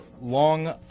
Long